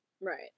right